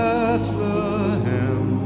Bethlehem